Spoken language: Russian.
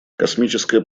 космическое